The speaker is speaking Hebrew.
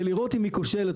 דוד לא נגעו בפסקת ההתגברות.